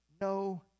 no